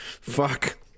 fuck